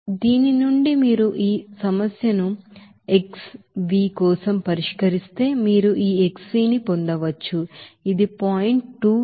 కాబట్టి దీని నుండి మీరు ఈ సమస్యను ఎక్స్ వి కోసం పరిష్కరిస్తే మీరు ఈ ఎక్స్ వి ని పొందవచ్చు ఇది 0